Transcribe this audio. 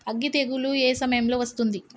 అగ్గి తెగులు ఏ సమయం లో వస్తుంది?